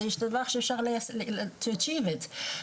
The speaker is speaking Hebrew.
יש דבר שאפשר להשיג אותו.